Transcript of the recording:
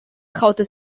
traute